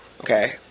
okay